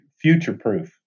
future-proof